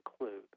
include